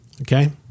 Okay